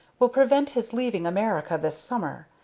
will prevent his leaving america this summer.